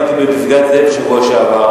אני הייתי בפסגת-זאב בשבוע שעבר,